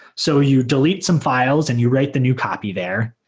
so you delete some files and you write the new copy there.